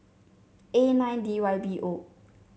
A nine D Y B O